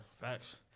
Facts